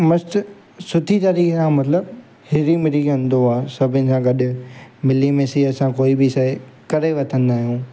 मस्तु सुठी तरीक़े सां मतिलबु हिरी मिरी वेंदो आहे सभिनी सां गॾु मिली मिसी असां कोई बि शइ करे वठंदा आहियूं